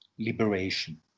liberation